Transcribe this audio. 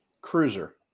Cruiser